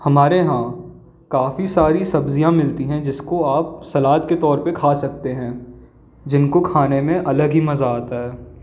हमारे यहाँ काफ़ी सारी सब्ज़ियाँ मिलती हैं जिसको आप सलाद के तौर पर खा सकते हैं जिनको खाने में अलग ही मज़ा आता है